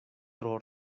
tro